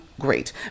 great